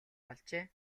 болжээ